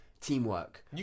teamwork